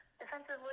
defensively